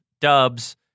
dubs